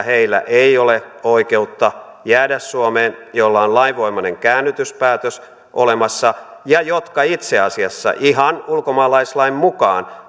heillä ei ole oikeutta jäädä suomeen joilla on lainvoimainen käännytyspäätös olemassa ja jotka itse asiassa ihan ulkomaalaislain mukaan